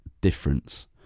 difference